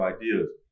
ideas